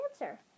answer